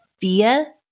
via